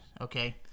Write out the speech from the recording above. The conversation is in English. okay